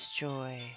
joy